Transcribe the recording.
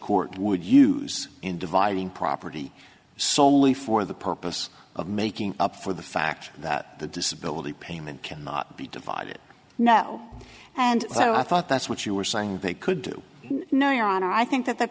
court would use in dividing property solely for the purpose of making up for the fact that the disability payment cannot be divided now and so i thought that's what you were saying they could do no your honor i think that th